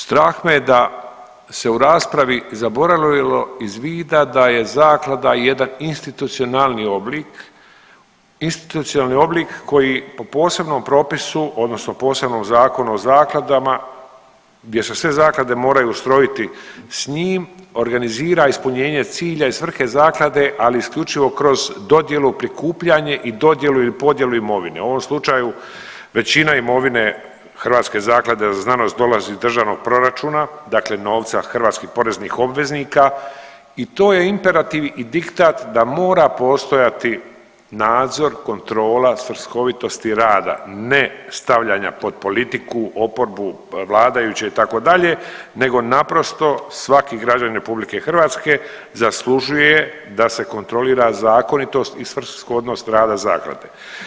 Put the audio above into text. Strah me je da se u raspravi zaboravilo iz vida je je zaklada jedan institucionalni oblik, institucionalni oblik koji po posebnom propisu odnosno posebnom Zakonu o zakladama gdje se sve zaklade moraju ustrojiti s njim, organizira ispunjenje cilja i svrhe zaklade, ali isključivo kroz dodjelu, prikupljanje i dodjelu ili podjelu imovine, u ovom slučaju većina imovine Hrvatske zaklade za znanost dolazi iz državnog proračuna, dakle novca hrvatskih poreznih obveznika i to je imperativ i diktat da mora postojati nadzor i kontrola svrsishovitosti rada ne stavljanja pod politiku, oporbu, vladajuće itd. nego naprosto svaki građanin RH zaslužuje da se kontrolira zakonitost i svrsishodnost rada zaklade.